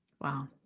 Wow